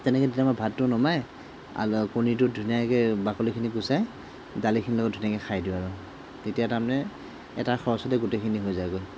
তেনেকৈ তেতিয়া মই ভাতটো নমাই কণীটো ধুনীয়াকৈ বাকলিখিনি গুচাই দালিখিনিৰ লগত ধুনীয়াকৈ খাই দিওঁ আৰু তেতিয়া তাৰমানে এটা খৰচতে গোটেইখিনি হৈ যায়গৈ